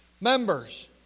members